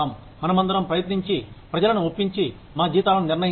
మనమందరం ప్రయత్నించి ప్రజలను ఒప్పించి మా జీతాలను నిర్ణయించండి